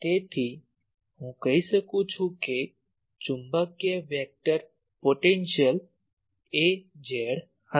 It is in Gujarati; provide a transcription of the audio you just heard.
તેથી હું કહી શકું છું કે ચુંબકીય વેક્ટર પોટેન્શિયલ Az હશે